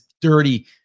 dirty